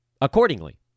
accordingly